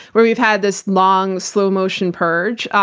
where we've had this long slow motion purge,